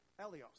elios